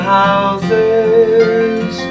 houses